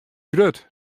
grut